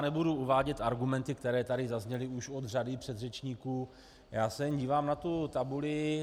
Nebudu uvádět argumenty, které tady zazněly už od řady předřečníků, já se jen dívám na tabuli.